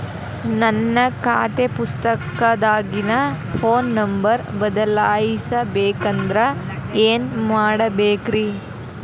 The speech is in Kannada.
ನನ್ನ ಖಾತೆ ಪುಸ್ತಕದಾಗಿನ ಫೋನ್ ನಂಬರ್ ಬದಲಾಯಿಸ ಬೇಕಂದ್ರ ಏನ್ ಮಾಡ ಬೇಕ್ರಿ?